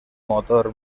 motor